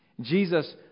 Jesus